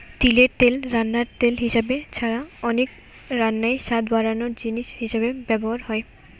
তিলের তেল রান্নার তেল হিসাবে ছাড়া অনেক রান্নায় স্বাদ বাড়ানার জিনিস হিসাবে ব্যভার হয়